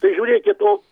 tai žiūrėkit o